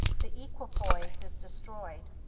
the equipoise is destroyed,